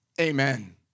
Amen